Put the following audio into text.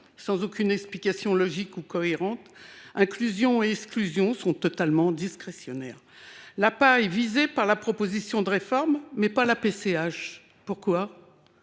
sans explication logique ou cohérente. Inclusions et exclusions paraissent totalement discrétionnaires. L’APA est visée par cette proposition de réforme, mais pas la PCH. Pourquoi ?